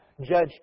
judge